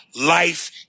life